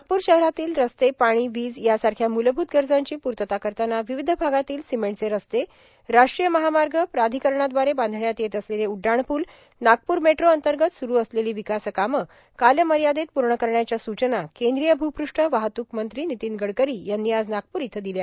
नागपूर शहरातील रस्ते पाणी वीज यासारख्या मूलभूत गरजांची पूतता करताना र्वावध भागातील भासमटचे रस्ते राष्ट्रीय महामाग प्राधिकरणादवारे बांधण्यात येत असलेले उड्डाण पूल नागपूर मेट्रां अंतगत सुरु असलेलां ांवकास कामे कालमयादेत पूण करण्याच्या सूचना कद्रीय भूपृष्ठ वाहतूक मंत्री नितीन गडकरॉ यांनी आज नागपूर इथं र्दिल्या